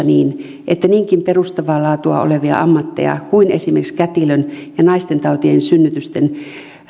niin niinkin perustavaa laatua olevia ammatteja kuin esimerkiksi kätilön tai naistentautien ja synnytysten